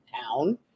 town